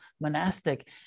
monastic